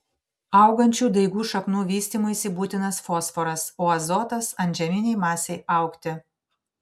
augančių daigų šaknų vystymuisi būtinas fosforas o azotas antžeminei masei augti